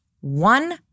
one